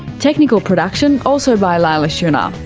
technical production also by leila shunnar.